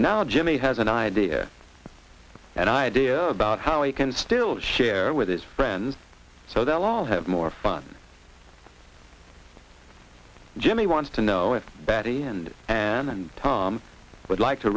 now jimmy has an idea and idea about how he can still share with his friends so they'll all have more fun jimmy wants to know if betty and anne and tom would like to